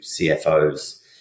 CFOs